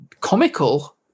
comical